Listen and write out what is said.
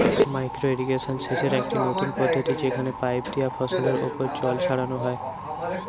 micro irrigation সেচের একটি নতুন পদ্ধতি যেখানে পাইপ দিয়া ফসলের ওপর জল ছড়ানো হয়